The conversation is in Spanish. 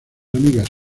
amigas